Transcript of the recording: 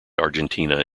argentina